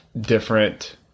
different